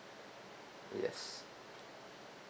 yes